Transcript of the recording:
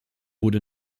wurde